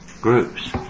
groups